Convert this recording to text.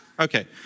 Okay